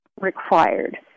required